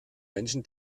menschen